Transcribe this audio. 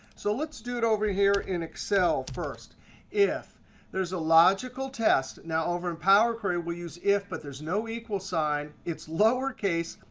so let's do it over here in excel first if there's a logical test. now now over in power query, we'll use if. but there's no equal sign. it's lower case,